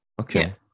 Okay